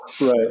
Right